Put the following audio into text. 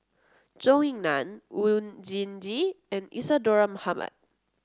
Zhou Ying Nan Oon Jin Gee and Isadhora Mohamed